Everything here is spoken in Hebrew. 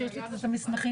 תשומת